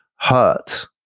hurt